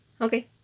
Okay